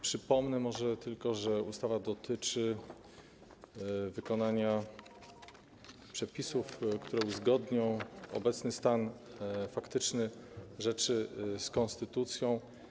Przypomnę może tylko, że ustawa dotyczy wykonania przepisów, które uzgodnią obecny stan faktyczny rzeczy z konsytuacją.